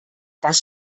das